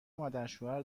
مادرشوهر